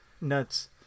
nuts